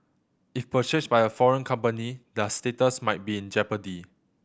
if purchased by a foreign company that status might be in jeopardy